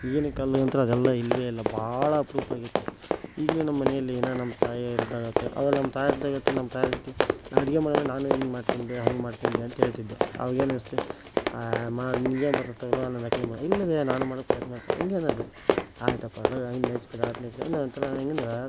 ಈಗಿನ ಕಾಲ್ದಲ್ಲಂತೂ ಅದೆಲ್ಲ ಇಲ್ಲವೇ ಇಲ್ಲ ಭಾಳ ಅಪರೂಪ ಆಗೇತಿ ಈಗಲೂ ನಮ್ಮಮನೇಲ್ಲಿ ಏನಾನ ನಮ್ಮ ತಾಯೋರು ಇದ್ದಾಗಾಯ್ತು ಅವಾಗ ನಮ್ಮ ತಾಯೋರು ಇದ್ದಾಗಾಯ್ತು ನಮ್ಮ ತಾಯೋರ ಜೊತೆ ನಾ ಅಡುಗೆ ಮಾಡಿ ನಾನೇ ಹೀಗ್ ಮಾಡ್ತೀನ್ ಬೇ ಹಾಗ್ ಮಾಡ್ತೀನ್ ಬೇ ಅಂತ ಹೇಳ್ತಿದ್ದೆ ಅವಾಗ ಏನು ಅನಿಸುತ್ತೆ ಮ ನಿನ್ಗೇನು ಬರ್ತತೋಗಲೋ ಅಂತ ನಕಲಿ ಮಾಡೋರು ಇಲ್ಲ ಬೇ ನಾನು ಮಾಡೋ ಪ್ರಯತ್ನ ಮಾಡ್ತೀನಿ ಹೀಗೆ ಅನ್ನೋದು ಆಯಿತಪ್ಪಾ ನಂತರ ಹೇಗಂದ್ರ